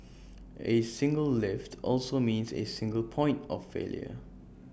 A single lift also means A single point of failure